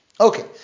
Okay